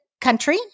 country